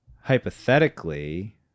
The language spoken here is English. hypothetically